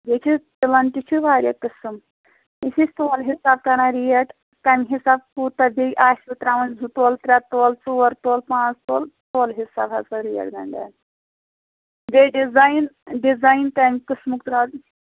بیٚیہِ چھِ تِلَن تہِ چھِ واریاہ قٕسٕم بیٚیہِ چھِ أسۍ تولہٕ حِساب کَران ریٹ کَمہِ حِسابہٕ کوٗتاہ بیٚیہِ آسِوٕ ترٛاوُن زٕ تولہٕ ترٛےٚ تولہٕ ژور تولہٕ پانژھ تولہٕ تولہٕ حِساب ہَسا ریٹ گَنٛڈان بیٚیہِ ڈِزاین ڈِزاین کَمہِ قٕسمُک ترٛاو